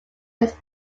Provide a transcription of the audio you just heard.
his